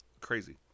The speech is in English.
Crazy